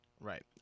Right